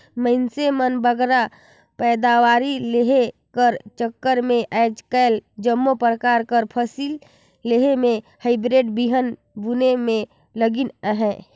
मइनसे मन बगरा पएदावारी लेहे कर चक्कर में आएज काएल जम्मो परकार कर फसिल लेहे में हाईब्रिड बीहन बुने में लगिन अहें